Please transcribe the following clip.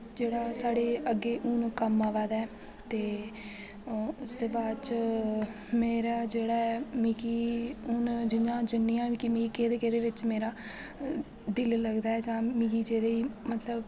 जेह्ड़ा साढ़ै अग्गै हून कम्म आवा दा ऐ ते उसदे बाद च मेरा जेह्ड़ा ऐ मिगी हून जियां जिन्नियां बी मी केह्दे केह्दे बिच्च मेरा दिल लगदा ऐ जां मिगी जेह्दे मतलब